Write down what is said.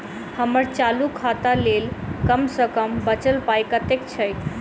हम्मर चालू खाता लेल कम सँ कम बचल पाइ कतेक छै?